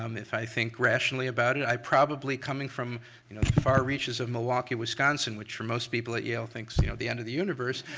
um if i think rationally about it, i probably coming from, you know, the far reaches of milwaukee, wisconsin which for most people at yale thinks, you know, the end of the universe,